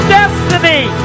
destiny